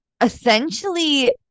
essentially